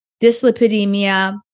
dyslipidemia